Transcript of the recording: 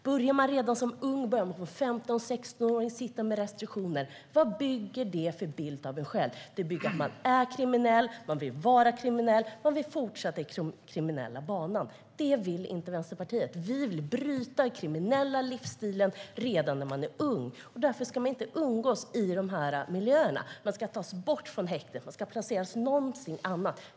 Börjar man redan som ung 15-16-åring sitta med restriktioner, vad bygger det för bild av en själv? Det bygger bilden att man är kriminell, och då vill man fortsätta på den kriminella banan. Det vill inte Vänsterpartiet. Vi vill att man ska bryta den kriminella livsstilen redan när man är ung. Därför ska man inte umgås i dessa miljöer. Man ska tas bort från häktet och placeras någon annanstans.